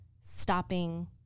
stopping